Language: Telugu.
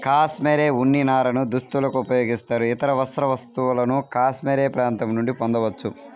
కాష్మెరె ఉన్ని నారను దుస్తులకు ఉపయోగిస్తారు, ఇతర వస్త్ర వస్తువులను కాష్మెరె ప్రాంతం నుండి పొందవచ్చు